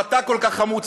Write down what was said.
אם אתה כל כך חמוץ,